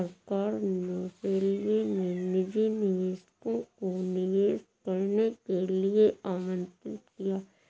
सरकार ने रेलवे में निजी निवेशकों को निवेश करने के लिए आमंत्रित किया